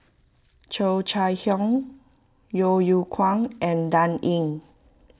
Cheo Chai Hiang Yeo Yeow Kwang and Dan Ying